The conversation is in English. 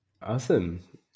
Awesome